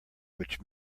which